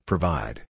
Provide